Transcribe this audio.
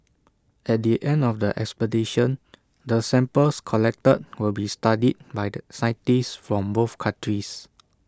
at the end of the expedition the samples collected will be studied by the scientists from both countries